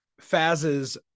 faz's